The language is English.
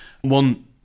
One